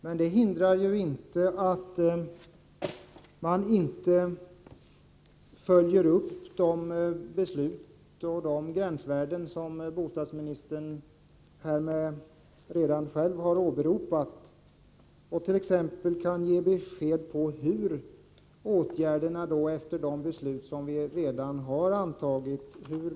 Men det hindrar inte att man följer upp de beslut om gränsvärden o. d. som bostadsministern själv har åberopat. T. ex. bör han kunna ge besked om hur arbetet efter de beslut som vi redan har fattat fortgår.